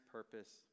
purpose